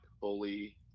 bully